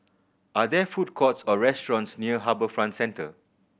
are there food courts or restaurants near HarbourFront Centre